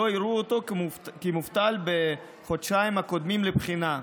לא יראו אותו כמובטל בחודשיים הקודמים לבחינה,